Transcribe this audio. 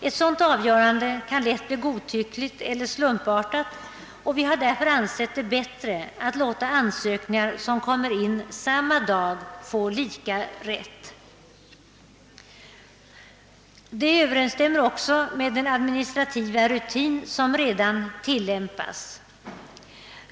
Ett sådant avgörande kan lätt bli godtyckligt eller slumpartat, och vi har därför ansett det bättre att låta ansökningar, som kommer in samma dag, få lika rätt. Detta överensstämmer också med den administrativa rutin som redan tillämpas.